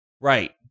right